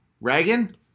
Reagan